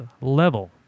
level